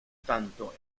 tanto